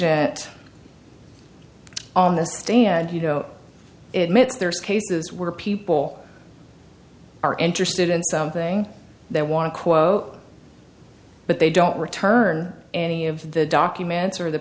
that on this day and you know it mitts there's cases where people are interested in something they want to quote but they don't return any of the documents or the